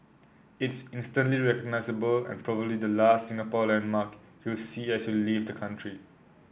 it's instantly recognisable and probably the last Singapore landmark you'll see as you leave the country